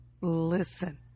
listen